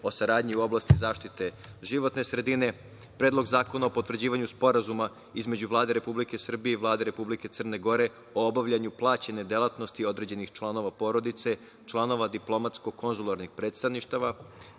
o saradnji u oblasti zaštite životne sredine, Predlog zakona o potvrđivanju Sporazuma između Vlade Republike Srbije i Vlade Republike Crne Gore o obavljanju plaćene delatnosti određenih članova porodice, članova diplomatsko-konzularnih predstavništava,